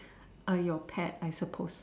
your pet I suppose